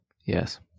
Yes